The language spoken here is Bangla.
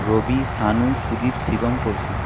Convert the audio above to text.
রবি সানু সুদীপ শিবম কৌশিক